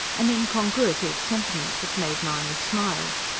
an incongruity of sentiment that made mahony smile.